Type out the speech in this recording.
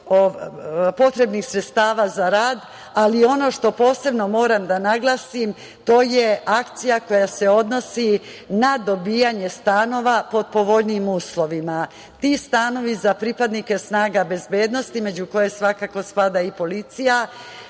potrebnih sredstava za rad. Ono što posebno moram da naglasim, to je akcija koja se odnosi na dobijanje stanova pod povoljnijim uslovima. Ti stanovi za pripadnike snaga bezbednosti, među koje svakako spada i policija,